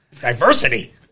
Diversity